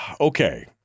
Okay